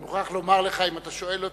אני מוכרח לומר לך, אם אתה שואל אותי,